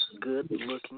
good-looking